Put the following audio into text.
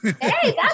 Hey